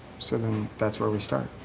sort of and that's where we start?